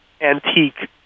antique